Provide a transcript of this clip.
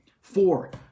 Four